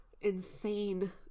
insane